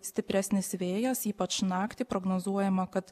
stipresnis vėjas ypač naktį prognozuojama kad